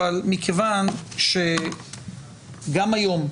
אבל מכיוון שגם היום,